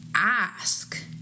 Ask